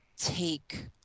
take